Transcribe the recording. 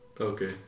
Okay